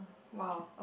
!wow!